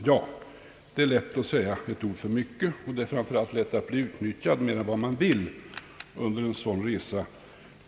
Ja, det är lätt att säga ett ord för mycket, och det är framför allt lätt att bli utnyttjad mer än vad man vill under en sådan resa.